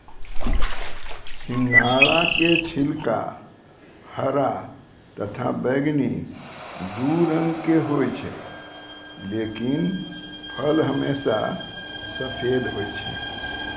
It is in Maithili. सिंघाड़ा के छिलका हरा तथा बैगनी दू रंग के होय छै लेकिन फल हमेशा सफेद होय छै